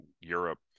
Europe